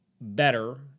better